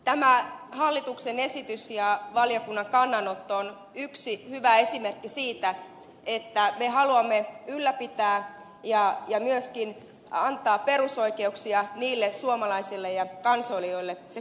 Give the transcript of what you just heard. tämä hallituksen esitys ja valiokunnan kannanotto ovat yksi hyvä esimerkki siitä että me haluamme ylläpitää perusoikeuksia ja myöskin turvata suomalaisille ja kansoille ne perusoikeudet jotka niille kuuluvat